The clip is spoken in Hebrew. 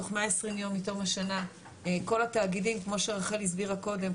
תוך 120 יום מתום השנה כל התאגידים כמו שרחל הסבירה קודם,